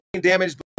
Damaged